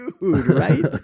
Right